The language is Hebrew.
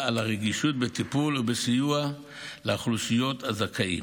על הרגישות בטיפול ובסיוע לאוכלוסיות הזכאים.